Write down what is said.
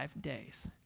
days